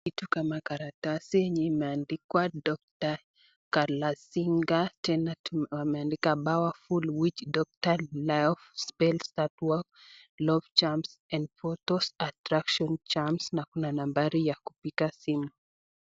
Kitu kama karatasi yenye imeandikwa Dr. Kalasinga, tena kumeandikwa powerful witch doctor, love spells that work, love charms and portions, attraction charms , na kuna nambari ya kupiga simu.